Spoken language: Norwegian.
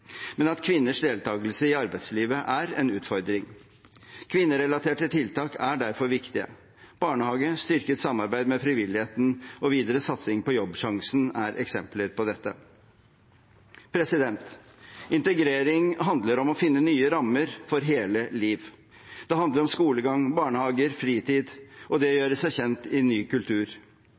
men at kvinners deltakelse i arbeidslivet er en utfordring. Kvinnerelaterte tiltak er derfor viktige. Barnehage, styrket samarbeid med frivilligheten og videre satsing på Jobbsjansen er eksempler på dette. Integrering handler om å finne nye rammer for hele liv. Det handler om skolegang, barnehager, fritid og det å gjøre seg kjent i en ny kultur.